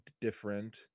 different